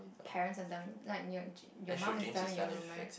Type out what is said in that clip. parents are done with like your g~ your mum is done with your room meh